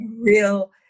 real